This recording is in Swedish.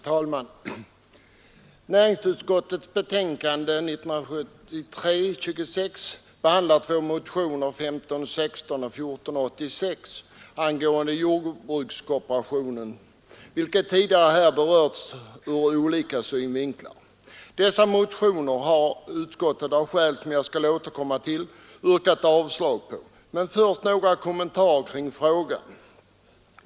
Herr talman! Näringsutskottets betänkande nr 26 behandlar två motioner, nämligen 1516 och 1486, angående jordbrukskooperationen, vilka tidigare här har berörts ur olika synvinklar. Dessa motioner har utskottet, av skäl som jag skall återkomma till, avstyrkt. Men först några kommentarer till frågan.